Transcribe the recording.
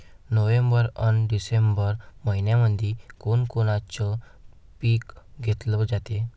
November अन December मइन्यामंधी कोण कोनचं पीक घेतलं जाते?